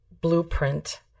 blueprint